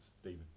Stephen